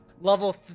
Level